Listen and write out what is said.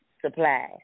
supply